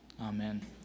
Amen